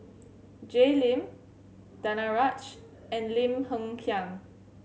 Jay Lim Danaraj and Lim Hng Kiang